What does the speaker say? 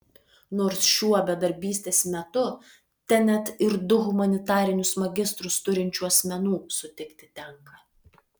nors šiuo bedarbystės metu ten net ir du humanitarinius magistrus turinčių asmenų sutikti tenka